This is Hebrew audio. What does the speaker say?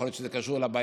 יכול להיות שזה קשור לבעיה